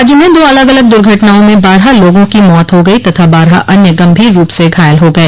राज्य में दो अलग अलग दुर्घटनाओं में बारह लोगों की मौत हो गई तथा बारह अन्य गंभीर रूप से घायल हो गये